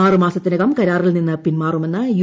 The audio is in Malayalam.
ആറ് മാസത്തിനകം കരാറിൽ നിന്ന് പിൻമാറുമെന്ന് യു